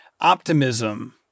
optimism